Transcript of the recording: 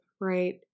right